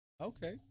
Okay